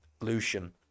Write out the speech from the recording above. Lucian